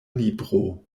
libro